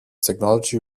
technology